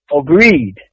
agreed